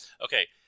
Okay